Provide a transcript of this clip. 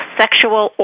sexual